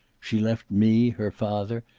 she left me, her father,